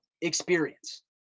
experience